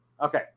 Okay